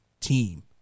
team